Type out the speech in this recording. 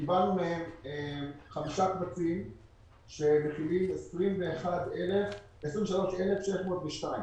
קיבלנו מצה"ל חמישה קבצים שמתייחסים ל-23,602 אנשים.